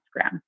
Instagram